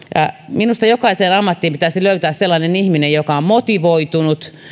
minusta jokaiseen ammattiin pitäisi löytää sellainen ihminen joka on motivoitunut